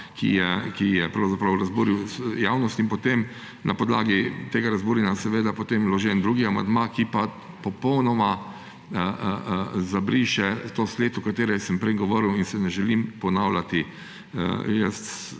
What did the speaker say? ki je razburil javnost, in potem na podlagi tega razburjenja vložen drugi amandma, ki pa popolnoma zabriše to sled, o kateri sem prej govoril in se ne želim ponavljati.